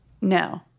no